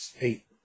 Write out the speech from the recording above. eight